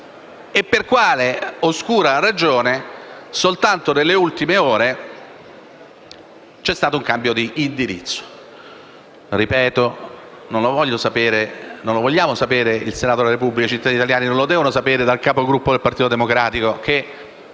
e per quale oscura ragione soltanto nelle ultime ore vi è stato un cambio di indirizzo. Ripeto che il Senato della Repubblica e i cittadini italiani non lo devono sapere dal Capogruppo del Partito Democratico, che